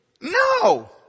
No